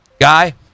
guy